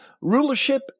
rulership